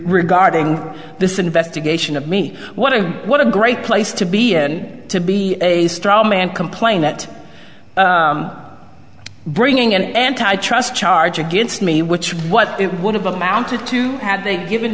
regarding this investigation of me what a what a great place to be and to be a straw man complained that bringing an antitrust charge against me which what it would have amounted to had they given